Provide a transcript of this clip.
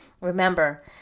Remember